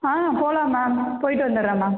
ஆ போகலாம் மேம் போயிவிட்டு வந்துடுறேன் மேம்